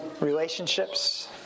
relationships